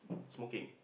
smoking